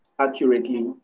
accurately